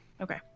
Okay